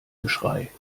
geschrei